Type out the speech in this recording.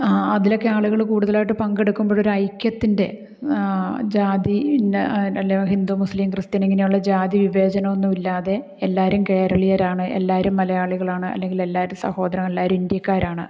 അതിലേക്ക് ആളുകൾ കൂടുതലായിട്ട് പങ്കെടുക്കുമ്പോഴൊരു ഐക്യത്തിന്റെ ജാതി ഇന്നത് അല്ല ഹിന്ദു മുസ്ലിം ക്രിസ്ത്യൻ ഇങ്ങനെയുള്ള ജാതി വിവേചനം ഒന്നും ഇല്ലാതെ എല്ലാവരും കേരളീയരാണ് എല്ലാവരും മലയാളികളാണ് അല്ലെങ്കിൽ എല്ലാവരും സഹോദരങ്ങള് എല്ലാവരും ഇന്ത്യക്കാരാണ്